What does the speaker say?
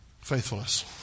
faithfulness